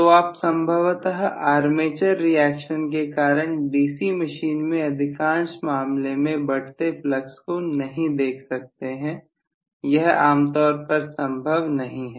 तो आप संभवतः आर्मेचर रिएक्शन के कारण डीसी मशीन में अधिकांश मामलों में बढ़ते फ्लक्स को नहीं देख सकते यह आमतौर पर संभव नहीं होता है